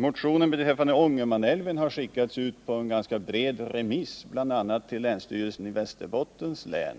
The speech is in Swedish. Motionen beträffande Ångermanälven har skickats ut på en ganska bred remiss, bl.a. till länsstyrelsen i Västerbottens län.